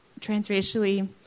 transracially